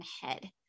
head